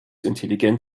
intelligent